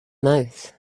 mouth